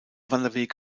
wanderweg